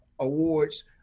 awards